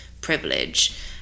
privilege